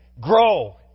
grow